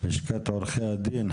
לשכת עורכי הדין.